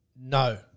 No